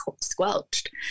squelched